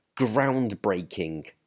groundbreaking